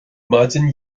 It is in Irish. maidin